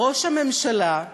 "ראש הממשלה"